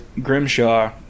Grimshaw